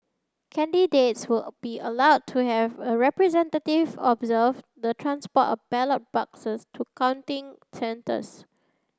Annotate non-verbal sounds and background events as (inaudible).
candidates will (hesitation) be allowed to have a representative observe the transport of ballot boxes to counting centres